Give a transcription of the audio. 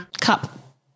Cup